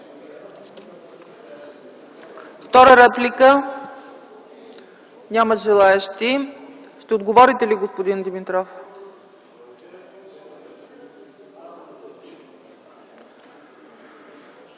Втора реплика? Няма желаещи. Ще отговорите ли, господин Димитров?